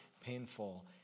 painful